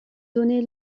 donnée